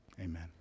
Amen